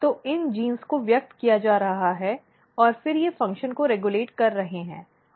तो इन जीनों को व्यक्त किया जा रहा है और फिर ये फ़ंक्शन को रेगुलेट कर रहे हैं